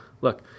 look